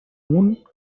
amunt